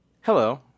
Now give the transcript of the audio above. Hello